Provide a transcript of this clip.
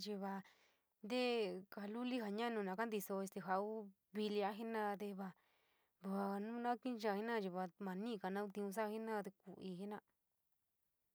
Chi va´a tee ja luli, ja ñanuna kantiso pues te jou vilía se nai te va, va nu naa kenchaa vao maa niiga tiou sala jena´a te kuu ii jena´a.